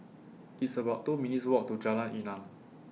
It's about two minutes' Walk to Jalan Enam